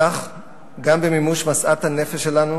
גם במימוש משאת הנפש שלנו